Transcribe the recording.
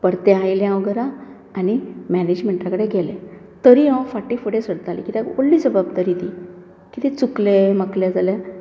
परतें आयलें हांव घरा आनी मॅनेजमँटा कडेन गेलें तरी हांव फाटी फुडें सरतालें कित्याक व्हडली जबाबदारी ती कितें चुकलें माकलें जाल्यार